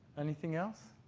anything else?